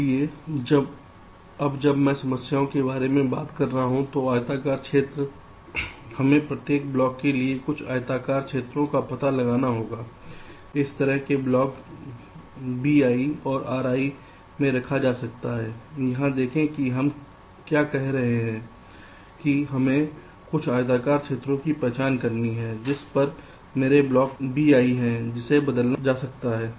इसलिए अब जब मैं समस्याओं के बारे में बात कर रहा हूं तो आयताकार क्षेत्र हमें प्रत्येक ब्लॉक के लिए कुछ आयताकार क्षेत्रों का पता लगाना होगा इस तरह के ब्लॉक Bi को Ri में रखा जा सकता है यहाँ देखें कि हम क्या कह रहे हैं कि हमें कुछ आयताकार क्षेत्रों की पहचान करनी है जिस पर मेरे पास ब्लॉक Bi है जिसे बदला जा सकता है